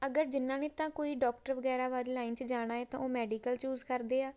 ਅਗਰ ਜਿਨ੍ਹਾਂ ਨੇ ਤਾਂ ਕੋਈ ਡੋਕਟਰ ਵਗੈਰਾ ਵਾਲੀ ਲਾਈਨ 'ਚ ਜਾਣਾ ਹੈ ਤਾਂ ਉਹ ਮੈਡੀਕਲ ਚੂਜ਼ ਕਰਦੇ ਆ